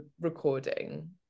recording